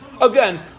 again